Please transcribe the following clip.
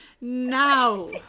now